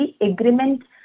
Agreement